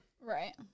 right